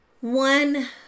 One